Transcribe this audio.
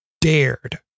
dared